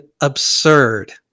absurd